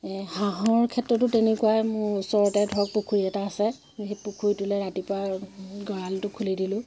হাঁহৰ ক্ষেত্ৰতো তেনেকুৱাই মোৰ ওচৰতে ধৰক পুখুৰী এটা আছে সেই পুখুৰীটোলৈ ৰাতিপুৱা গঁৰালটো খুলি দিলোঁ